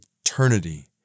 eternity